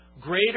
greater